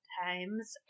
times